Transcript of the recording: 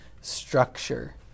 structure